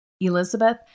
Elizabeth